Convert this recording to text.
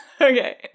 Okay